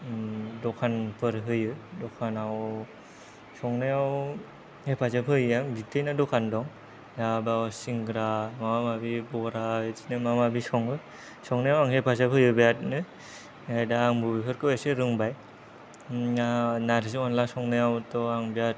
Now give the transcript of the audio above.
दखानफोर होयो दखानाव संनायाव हेफाजाब होयो आं बिब्थैना दखान दं दा बेयाव सिंग्रा माबा माबि बरा बिदिनो माबा माबि सङो संनायाव आंबो हेफाजाब होयो बेरादनो दा आंबो बेफोरखौ एसे रोंबाय नारजि अनला संनायावथ' आं बेराद